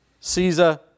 Caesar